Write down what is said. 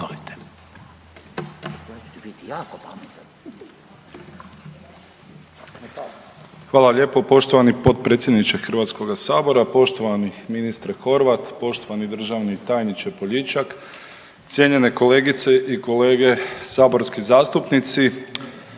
Hvala lijepo poštovani potpredsjedniče HS-a, poštovani ministre Horvat, poštovani državni tajniče Poljičak, cijenjene kolegice i kolege saborski zastupnici.